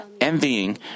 envying